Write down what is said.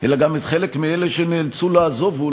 אני גם חושב שכדאי שנשמור על כבוד